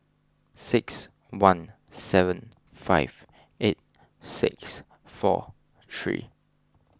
six one seven five eight six four three